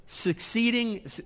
succeeding